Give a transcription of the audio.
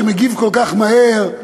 שמגיב כל כך מהר,